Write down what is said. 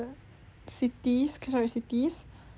cities catch up with cities